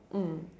mm